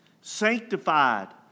sanctified